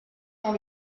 dans